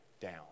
down